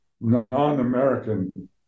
non-American